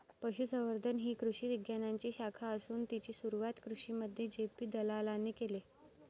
पशुसंवर्धन ही कृषी विज्ञानाची शाखा असून तिची सुरुवात कृषिमंत्री जे.पी दलालाने केले